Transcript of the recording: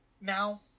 now